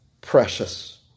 Precious